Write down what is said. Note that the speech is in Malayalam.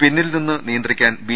പിന്നിൽ നിന്ന് നിയന്ത്രിക്കാൻ ബി